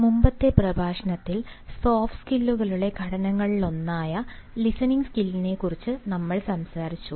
മുമ്പത്തെ പ്രഭാഷണത്തിൽ സോഫ്റ്റ് സ്കില്ലുകളുടെ ഘടകങ്ങളിലൊന്നായി ലിസണിംഗ് സ്കിൽസിനെക്കുറിച്ച് നമ്മൾ സംസാരിച്ചു